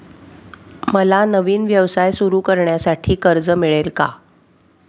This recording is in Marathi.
मला नवीन व्यवसाय सुरू करण्यासाठी कर्ज मिळेल का?